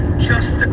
just the,